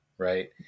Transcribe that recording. right